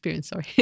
sorry